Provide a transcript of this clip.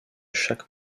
chaque